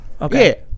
Okay